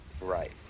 Right